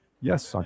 Yes